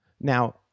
Now